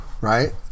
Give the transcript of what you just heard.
right